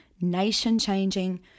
nation-changing